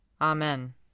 Amen